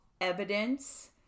evidence